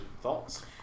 Thoughts